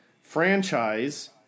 franchise